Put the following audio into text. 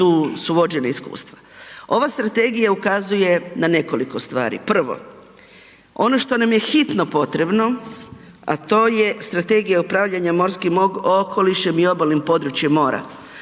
tu, su vođeni iskustva. Ova strategija ukazuje na nekoliko stvari, prvo ono što nam je hitno potrebno, a to je strategija upravljanja morskim okolišem i obalnim područjem mora.